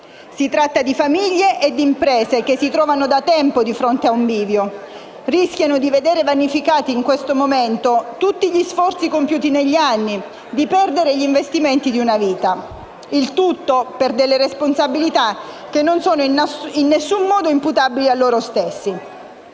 Si tratta di famiglie ed imprese che si trovano da tempo di fronte ad un bivio. Rischiano di vedere vanificati tutti gli sforzi compiuti negli anni e di perdere gli investimenti di una vita, il tutto per delle responsabilità che non sono in alcun modo imputabili a loro stessi.